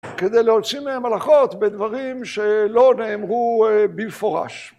כדי להוציא מהם הלכות בדברים שלא נאמרו במפורש